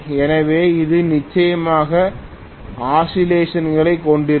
எனவே அது நிச்சயமாக ஆசிலேசன்களைக் கொண்டிருக்கும்